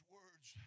words